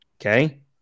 okay